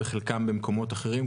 ובחלקם במקומות אחרים,